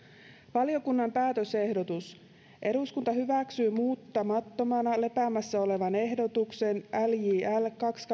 valiokunnan päätösehdotus eduskunta hyväksyy muuttamattomana lepäämässä olevaan ehdotukseen kaksi